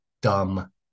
dumb